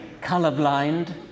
colorblind